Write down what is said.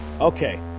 Okay